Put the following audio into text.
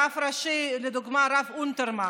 רב ראשי כדוגמת הרב אונטרמן,